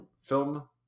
film